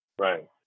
Right